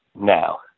now